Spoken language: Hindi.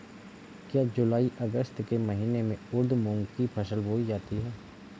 क्या जूलाई अगस्त के महीने में उर्द मूंग की फसल बोई जाती है?